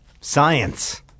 Science